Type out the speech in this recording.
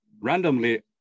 randomly